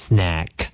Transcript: Snack